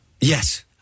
Yes